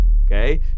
okay